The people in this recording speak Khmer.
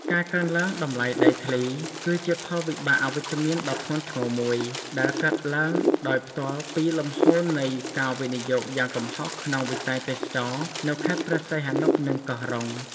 ការកើនឡើងតម្លៃដីធ្លី គឺជាផលវិបាកអវិជ្ជមានដ៏ធ្ងន់ធ្ងរមួយដែលកើតឡើងដោយផ្ទាល់ពីលំហូរនៃការវិនិយោគយ៉ាងគំហុកក្នុងវិស័យទេសចរណ៍នៅខេត្តព្រះសីហនុ និងកោះរ៉ុង។